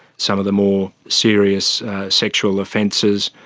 some of the more serious sexual offences,